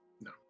No